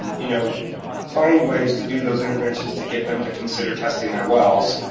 you know find ways to do those interventions to get them to consider testing their wells.